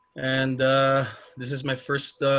and this is my first